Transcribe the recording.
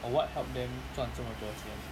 or what help them 赚这么多钱